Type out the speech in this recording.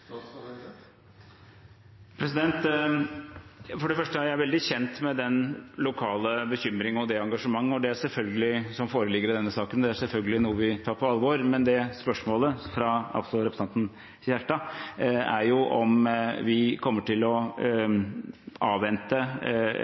For det første er jeg veldig godt kjent med den lokale bekymringen og engasjementet som foreligger i denne saken, og det er selvfølgelig noe vi tar på alvor. Men spørsmålet fra representanten Kjerstad er om vi kommer til å avvente